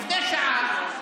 לפני שעה,